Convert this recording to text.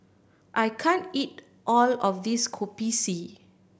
I can't eat all of this Kopi C